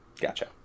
gotcha